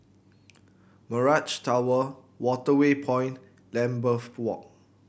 Mirage Tower Waterway Point Lambeth Walk